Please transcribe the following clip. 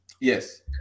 Yes